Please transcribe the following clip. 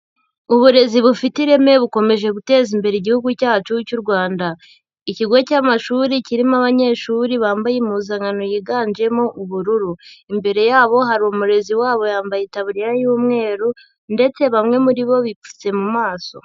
Uburezi bufite ireme bukomeje guteza imbere Igihugu cyacu cy'u Rwanda, ikigo cy'amashuri kirimo abanyeshuri bambaye impuzankano yiganjemo ubururu, imbere yabo hari umurezi wabo yambaye itaburiya y'umweru ndetse bamwe muri bo bipfutse mu maso.